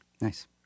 Nice